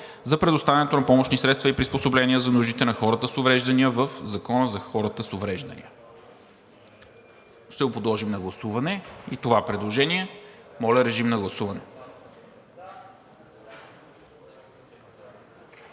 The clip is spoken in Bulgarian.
за предоставянето на помощни средства и приспособления за нуждите на хората с увреждания в Закона за хората с увреждания. Ще подложа на гласуване това предложение. Калин Иванов?